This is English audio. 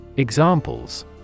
Examples